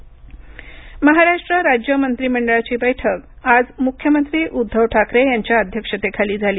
राज्य मंत्रीमंडळ महाराष्ट्र राज्य मंत्रिमंडळाची बैठक आज मुख्यमंत्री उद्धव ठाकरे यांच्या अध्यक्षतेखाली झाली